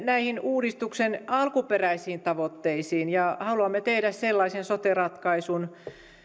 näihin uudistuksen alkuperäisiin tavoitteisiin ja haluamme tehdä sellaisen sote ratkaisun